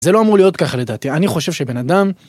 זה לא אמור להיות ככה לדעתי, אני חושב שבן אדם...